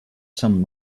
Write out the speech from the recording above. some